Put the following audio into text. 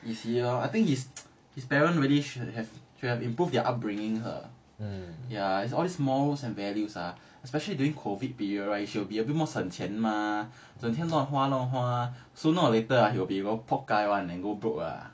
is he lah I think his parents his parents really should have should have improved their upbringing her ya it's all these morals and values ah especially during COVID period right should be a bit more 省钱 mah 整天乱花乱花 sooner or later ah he will be one pok kai [one] and go broke ah